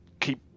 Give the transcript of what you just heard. keep